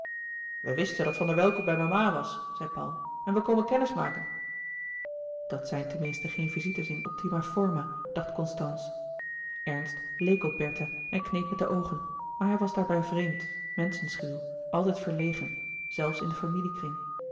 wij wisten dat van der welcke bij mama was zei paul en wij komen kennis maken dat zijn tenminste geen visite's in optima forma dacht constance ernst leek op bertha en kneep met de oogen maar hij was daarbij vreemd menschenschuw altijd verlegen zelfs in den familiekring